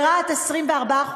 וברהט 24%,